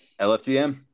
LFGM